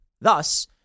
Thus